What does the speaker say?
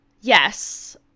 yes